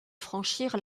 franchir